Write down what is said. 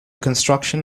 construction